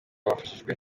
bafashijwe